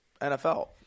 NFL